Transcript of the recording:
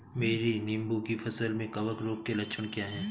मेरी नींबू की फसल में कवक रोग के लक्षण क्या है?